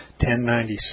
1096